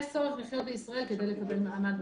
יש צורך לחיות בישראל כדי לקבל מעמד.